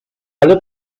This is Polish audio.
ale